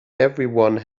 everyone